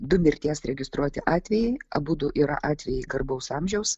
du mirties registruoti atvejai abudu yra atvejai garbaus amžiaus